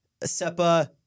Seppa